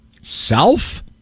self